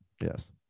Yes